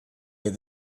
that